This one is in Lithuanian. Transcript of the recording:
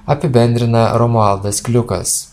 apibendrina romualdas kliukas